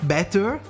Better